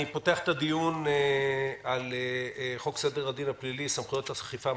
אני פותח את הדיון בנושא חוק סדר הדין הפלילי (סמכויות אכיפה,